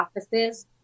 offices